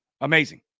Amazing